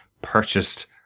purchased